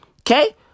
Okay